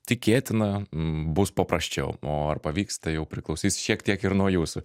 tikėtina m bus paprasčiau o ar pavyks tai jau priklausys šiek tiek ir nuo jūsų